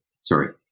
sorry